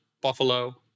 Buffalo